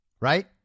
right